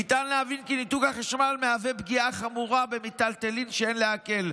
ניתן להבין כי ניתוק החשמל מהווה פגיעה חמורה במיטלטלין שאין לעקל,